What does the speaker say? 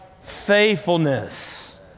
faithfulness